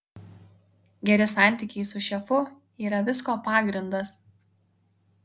geri santykiai su šefu yra visko pagrindas